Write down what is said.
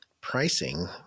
Pricing